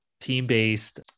team-based